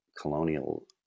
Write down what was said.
colonial